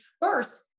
first